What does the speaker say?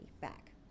back